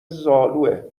زالوئه